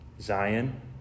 Zion